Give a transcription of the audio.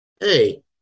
hey